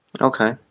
Okay